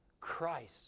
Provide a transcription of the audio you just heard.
Christ